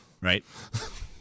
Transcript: Right